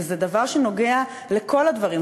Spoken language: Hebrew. וזה דבר שנוגע בכל הדברים,